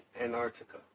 Antarctica